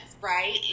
right